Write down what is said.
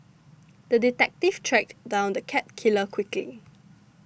the detective tracked down the cat killer quickly